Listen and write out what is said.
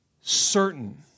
certain